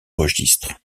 registres